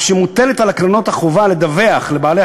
אף שמוטלת על הקרנות החובה לדווח לבעלי